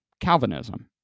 Calvinism